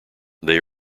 they